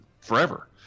forever